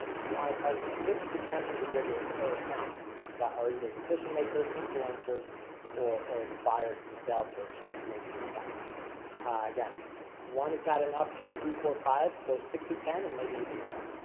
you want to target six to ten individuals per account that are either decision-makers, influencers or or the buyers themselves or champions inside again one is not enough two, three, four five, go six to ten and maybe even more.